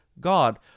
God